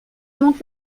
monte